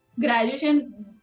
graduation